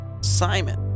Simon